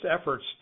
efforts